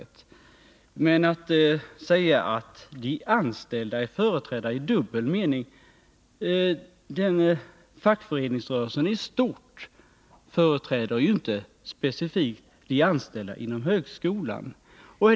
Det går inte att säga att de anställda är företrädda i dubbel mening. Fackföreningsrörelsen i stort företräder ju inte specifikt de inom högskolan anställda.